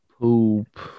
Poop